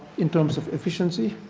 in terms of efficiency.